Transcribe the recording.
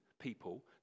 people